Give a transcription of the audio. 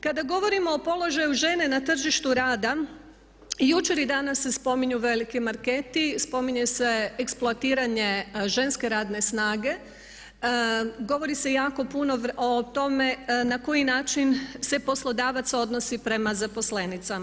Kada govorimo o položaju žene na tržištu rada jučer i danas se spominju veliki marketi, spominje se eksploatiranje ženske radne snage, govori se jako puno o tome na koji način se poslodavac odnosi prema zaposlenicama.